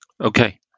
Okay